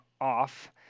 off